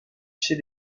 chez